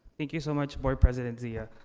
thank you so much, board president zia.